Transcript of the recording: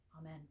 Amen